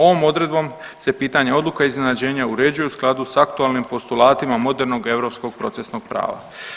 Ovom odredbom se pitanje odluka iznenađenja uređuje u skladu s aktualnim postulatima modernoga europskog procesnog prava.